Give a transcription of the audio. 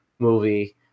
movie